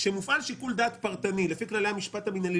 כשמופעל שיקול דעת פרטני לפי כללי המשפט המינהלי